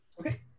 Okay